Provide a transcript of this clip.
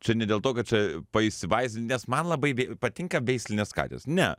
čia ne dėl to kad čia įsivaizdint nes man labai patinka veislinės katės ne